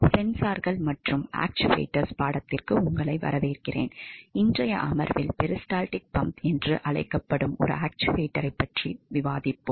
சென்சார்கள் மற்றும் ஆக்சுவேட்டர்ஸ் பாடத்திற்கு வரவேற்கிறோம் இன்றைய அமர்வில் பெரிஸ்டால்டிக் பம்ப் என்று அழைக்கப்படும் ஒரு ஆக்சுவேட்டரைப் பற்றி விவாதிப்போம்